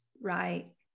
right